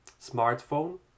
smartphone